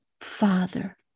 Father